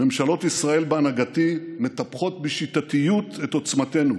ממשלות ישראל בהנהגתי מטפחות בשיטתיות את עוצמתנו: